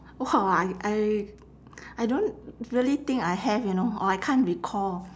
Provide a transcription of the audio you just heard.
!wow! I I I don't really think I have you know or I can't recall